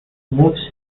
moves